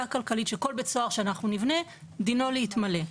הכלכלית שכל בית סוהר שנבנה דינו להתמלא.